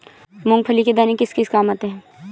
मूंगफली के दाने किस किस काम आते हैं?